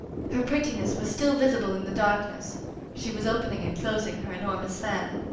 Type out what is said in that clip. her prettiness was still visible in the darkness she was opening and closing her enormous fan.